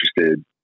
interested